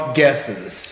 guesses